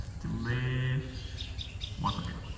delay one second.